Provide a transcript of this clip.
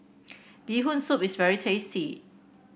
Bee Hoon Soup is very tasty